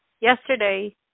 Yesterday